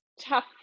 tough